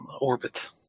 orbit